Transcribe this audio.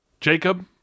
Jacob